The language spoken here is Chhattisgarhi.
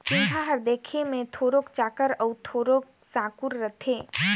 सिगहा हर देखे मे थोरोक चाकर अउ थोरोक साकुर रहथे